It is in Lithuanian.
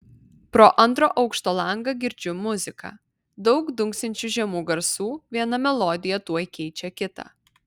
pro antro aukšto langą girdžiu muziką daug dunksinčių žemų garsų viena melodija tuoj keičia kitą